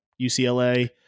UCLA